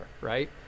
right